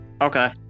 Okay